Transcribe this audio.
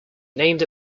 named